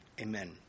Amen